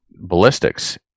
ballistics